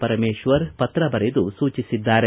ಪರಮೇಶ್ವರ್ ಪತ್ರ ಬರೆದು ಸೂಚಿಸಿದ್ದಾರೆ